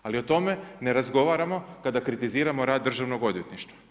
Ali o tome ne razgovaramo kada kritiziramo rad državnog odvjetništva.